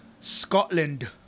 Scotland